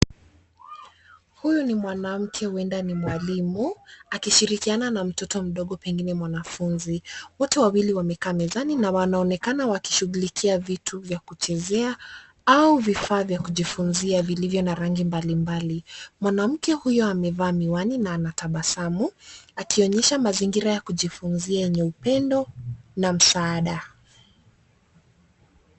Huyu ni mwanamke huenda ni mwalimu akishirikiana na mtoto mdogo pengine mwanafunzi. Wote wawili wamekaa mezani na wanaonekana wakishughulikia vitu vya kuchezea au vifaa vya kujifunzia vilivyo na rangi mbalimbali. Mwanamke huyo amevaa miwani na anatabasamu, akionyesha mazingira ya kujifunzia yenye upendo na msaada.